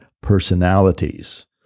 personalities